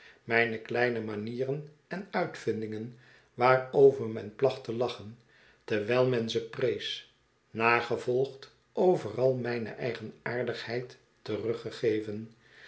e kleine manieren en uitvindingen waarover men placht te lachen terwijl men ze prees nagevolgd overal mijne eigenaardigheid teruggegeven